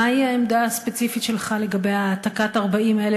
מה היא העמדה הספציפית שלך לגבי העתקת 40,000